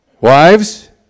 Wives